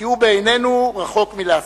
אם כי הוא בעינינו רחוק מלהספיק.